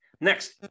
Next